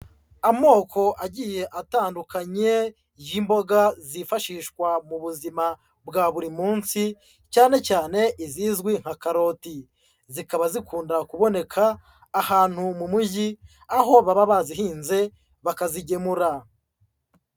Amoko agiye atandukanye y'imboga zifashishwa mu buzima bwa buri munsi, cyane cyane izizwi nka karoti, zikaba zikunda kuboneka ahantu mu mujyi, aho baba bazihinze bakazigemura.